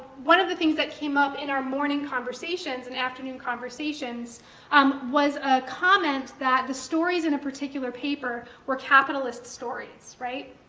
one of the things that came up in our morning conversations and afternoon conversations um was a comment that the stories in a particular paper were capitalist stories, right?